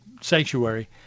sanctuary